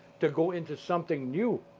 to go into something new,